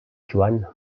joan